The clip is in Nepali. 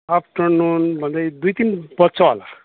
आफ्टरनुन भन्दै दुई तिन बज्छ होला